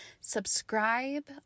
subscribe